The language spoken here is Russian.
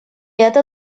это